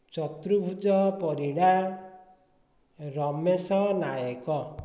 Chaturbhuj Parida Ramesh Nayak